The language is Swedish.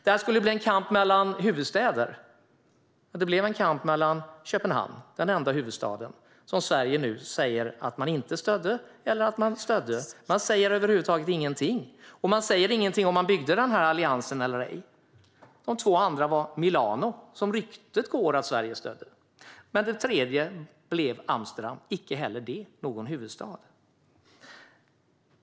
Det skulle bli en kamp mellan huvudstäder, men det blev en kamp där den enda huvudstaden var Köpenhamn, som Sverige nu säger att man inte stödde eller att man stödde; man säger över huvud taget ingenting. Och man säger inte om man byggde alliansen eller ej. De andra två var Milano, som Sverige enligt ryktet stödde, och Amsterdam, som det blev - inte heller det någon huvudstad.